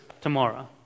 tomorrow